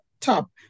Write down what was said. top